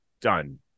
done